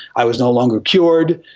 i was no longer cured.